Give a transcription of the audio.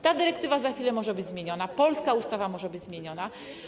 Ta dyrektywa za chwilę może być zmieniona, polska ustawa może być zmieniona.